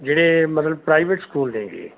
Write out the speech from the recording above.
ਜਿਹੜੇ ਮਤਲਬ private school ਨੇ ਗੇ